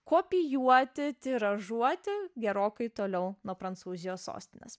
kopijuoti tiražuoti gerokai toliau nuo prancūzijos sostinės